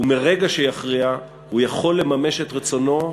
ומרגע שיכריע הוא יכול לממש את רצונו,